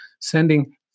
sending